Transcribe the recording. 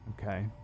okay